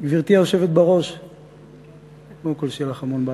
לידי, תודה רבה.